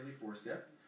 four-step